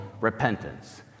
repentance